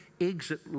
exit